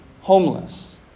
homeless